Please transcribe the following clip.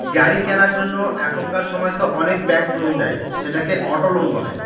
গাড়ি কেনার জন্য এখনকার সময়তো অনেক ব্যাঙ্ক লোন দেয়, সেটাকে অটো লোন বলে